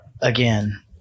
again